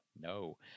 no